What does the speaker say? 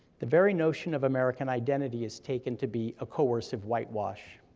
the very notion of american identity is taken to be a coercive whitewash.